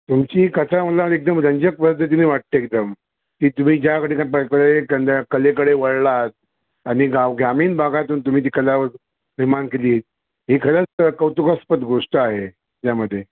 तुमची कथा मला एकदम रंजक पद्धतीने वाटते एकदम की तुम्ही ज्याकडे कलेकडे वळलात आणि गाव ग्रामीण भागातून तुम्ही ती कला निर्माण केली ही खरंच कौतुकास्पद गोष्ट आहे यामध्ये